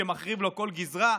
שמחריב לו כל גזרה,